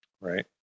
Right